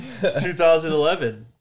2011